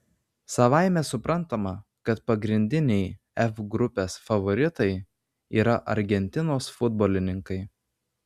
savaime suprantama kad pagrindiniai f grupės favoritai yra argentinos futbolininkai